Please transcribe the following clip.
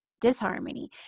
disharmony